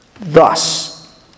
Thus